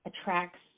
attracts